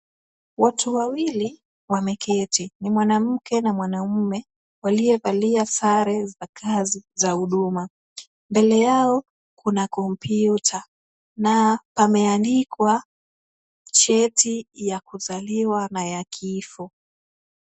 Watu wawili wameketi. Ni mwanamke na mwanamme, waliovalia sare za kazi za huduma. Mbele yao kuna kompyuta na pameandikwa, cheti ya kuzaliwa na ya kifo.